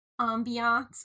ambiance